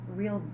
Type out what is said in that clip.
real